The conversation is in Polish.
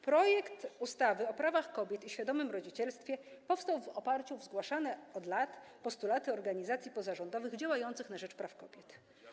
Projekt ustawy o prawach kobiet i świadomym rodzicielstwie powstał w oparciu o zgłaszane od lat postulaty organizacji pozarządowych działających na rzecz praw kobiet.